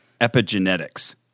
epigenetics